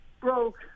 broke